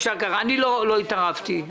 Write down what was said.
אני לא התערבתי,